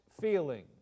feeling